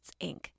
Inc